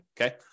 Okay